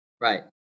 Right